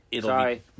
Sorry